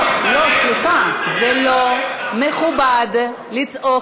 לא, לא, סליחה, זה לא מכובד לצעוק.